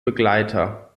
begleiter